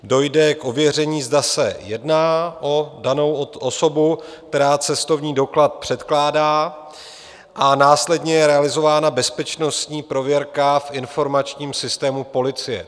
Dojde k ověření, zda se jedná o danou osobu, která cestovní doklad předkládá, a následně je realizována bezpečnostní prověrka v informačním systému policie.